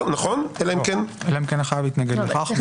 אלא אם כן החייב התנגד לכך.